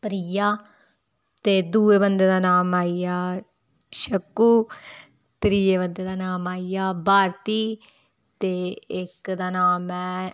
प्रिया ते दुए बंदे दा नाम आई गेआ शक्कू ते त्रिये बंदे दा नाम आई गेआ भारती ते इक दा नाम ऐ